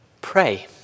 pray